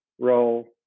role